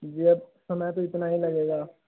जी अब समय तो इतना ही लगेगा